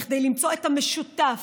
כדי למצוא את המשותף